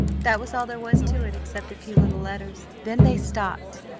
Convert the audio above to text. that was all there was to it except a few little letters. then they stopped,